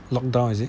lockdown is it